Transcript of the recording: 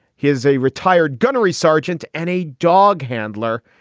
he's a retired gunnery sergeant and a dog handler.